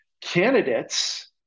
Candidates